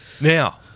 Now